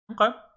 Okay